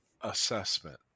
assessment